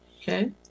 Okay